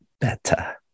better